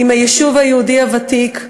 עם היישוב היהודי הוותיק,